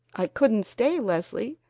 i couldn't stay, leslie.